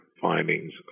findings